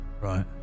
Right